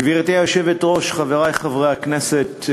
גברתי היושבת-ראש, חברי חברי הכנסת,